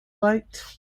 liked